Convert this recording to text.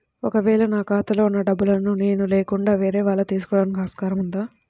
ఒక వేళ నా ఖాతాలో వున్న డబ్బులను నేను లేకుండా వేరే వాళ్ళు తీసుకోవడానికి ఆస్కారం ఉందా?